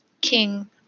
King